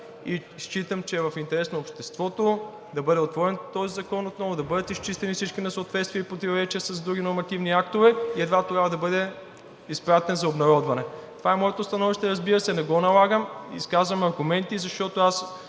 и считам, че е в интерес на обществото да бъде отворен този закон отново, да бъдат изчистени всички несъответствия и противоречия с други нормативни актове, и едва тогава да бъде изпратен за обнародване. Това е моето становище, разбира се. Не го налагам, изказвам аргументи, защото аз